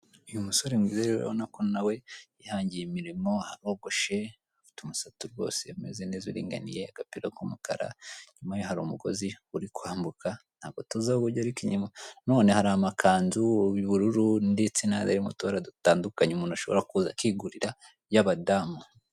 Kubara amafaranga ukoresheje intoki zawe hari igihe bivuna ubwonko na none bikongera bikavuna umuntu uri kuyabara, wowe nakugira inama yuko wajya wifashisha imashini, gusa niba ndeba neza umuntu uri kuyabara akoresheje intoki ziwe aya ntabwo ari amanyarwanda, ni ayo mu kindi gihugu tutazi rwose.